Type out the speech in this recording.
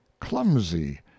clumsy